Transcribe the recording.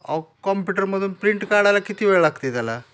अहो काॅम्प्युटरमधून प्रिंट काढायला किती वेळ लागते त्याला